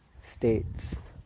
states